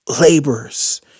laborers